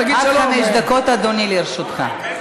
עד חמש דקות, אדוני, לרשותך.